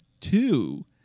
Two